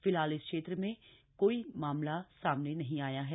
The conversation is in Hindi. फिलहाल इस क्षेत्र से कोई मामला सामने नहीं थ या है